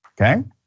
okay